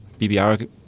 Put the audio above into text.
BBR